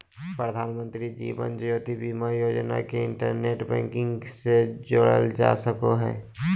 प्रधानमंत्री जीवन ज्योति बीमा योजना के इंटरनेट बैंकिंग से जोड़ल जा सको हय